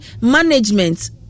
management